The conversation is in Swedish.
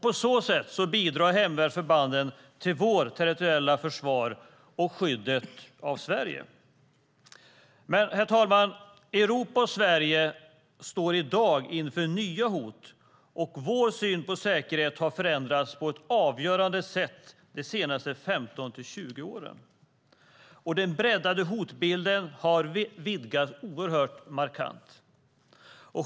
På så sätt bidrar hemvärnsförbanden till vårt territoriella försvar och skyddet av Sverige. Herr talman! Europa och Sverige står i dag inför nya hot, och vår syn på säkerhet har förändrats på ett avgörande sätt de senaste 15-20 åren. Den breddade hotbilden har vidgat den oerhört markant.